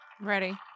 Ready